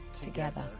Together